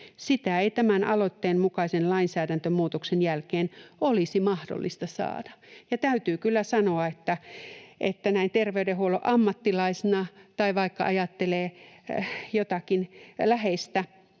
Sitä ei tämän aloitteen mukaisen lainsäädäntömuutoksen jälkeen olisi mahdollista saada. Täytyy kyllä sanoa, että näin terveydenhuollon ammattilaisena tai jos vaikka ajattelee jotakin läheistä,